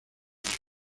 hecho